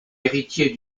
héritier